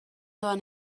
doan